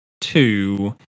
two